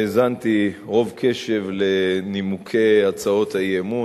האזנתי רוב קשב לנימוקי הצעות האי-אמון